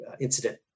incident